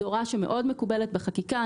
זו הוראה שמאוד מקובלת בחקיקה.